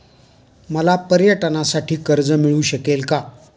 मला पर्यटनासाठी कर्ज मिळू शकेल का?